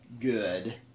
good